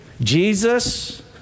Jesus